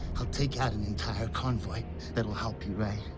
i'll take out an entire convoy. that'll help you, right?